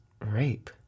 rape